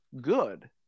good